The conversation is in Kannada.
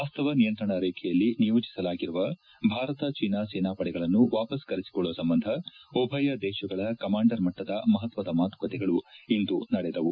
ವಾಸ್ತವ ನಿಯಂತ್ರಣ ರೇಬೆಯಲ್ಲಿ ನಿಯೋಜಿಸಲಾಗಿರುವ ಭಾರತ ಚೀನಾ ಸೇನಾ ಪಡೆಗಳನ್ನು ವಾಪಸ್ ಕರೆಸಿಕೊಳ್ಳುವ ಸಂಬಂಧ ಉಭಯ ದೇಶಗಳ ಕಮಾಂಡರ್ ಮಟ್ಟದ ಮಹತ್ವದ ಮಾತುಕತೆಗಳು ಇಂದು ನಡೆದವು